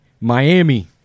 Miami